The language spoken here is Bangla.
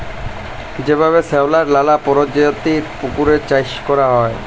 যেভাবে শেঁওলার লালা পরজাতির পুকুরে চাষ ক্যরা হ্যয়